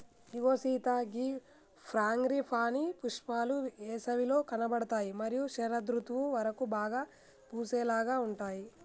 ఇగో సీత గీ ఫ్రాంగిపానీ పుష్పాలు ఏసవిలో కనబడుతాయి మరియు శరదృతువు వరకు బాగా పూసేలాగా ఉంటాయి